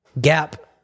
Gap